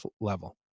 level